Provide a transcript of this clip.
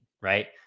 right